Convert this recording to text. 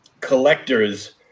collectors